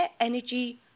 Energy